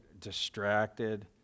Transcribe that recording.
distracted